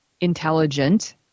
intelligent